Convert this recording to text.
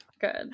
good